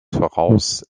voraus